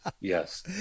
yes